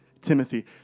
Timothy